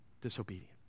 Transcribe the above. Disobedient